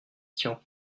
tian